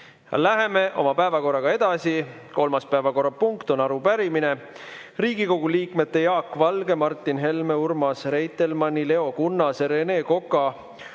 Läheme oma päevakorraga edasi. Kolmas päevakorrapunkt on arupärimine, Riigikogu liikmete Jaak Valge, Martin Helme, Urmas Reitelmanni, Leo Kunnase, Rene Koka,